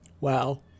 Wow